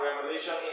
revelation